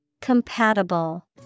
Compatible